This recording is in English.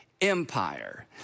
empire